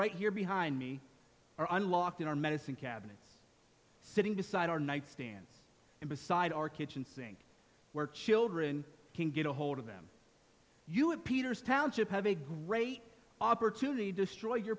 right here behind me are unlocked in our medicine cabinets sitting beside our nightstands and beside our kitchen sink where children can get a hold of them you have peters township have a great opportunity to destroy your